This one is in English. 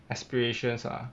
aspirations ah